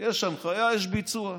יש הנחיה, יש ביצוע.